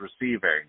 receiving